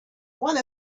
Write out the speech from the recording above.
one